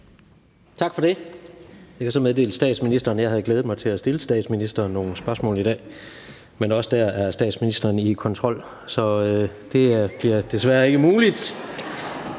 Tak for det. Jeg kan så meddele statsministeren, at jeg havde glædet mig til at stille statsministeren spørgsmål i dag – i øvrigt om vores fælles fortid – men også der er statsministeren i kontrol, så det bliver desværre ikke muligt